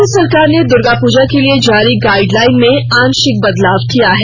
राज्य सरकार ने दुर्गा पूजा के लिए जारी गाइडलाइन में आंशिक बदलाव किया है